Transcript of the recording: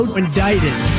indicted